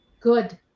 Good